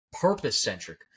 purpose-centric